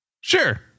Sure